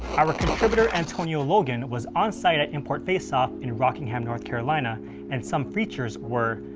our contributor antonio logan was onsite at import face off in rockingham, north carolina and some features were,